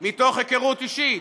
מתוך היכרות אישית,